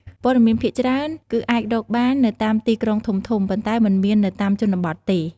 ព័ត៌មានភាគច្រើនគឺអាចរកបាននៅតាមទីក្រុងធំៗ ប៉ុន្តែមិនមាននៅតាមជនបទទេ។